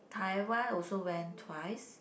Taiwan also went twice